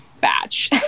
batch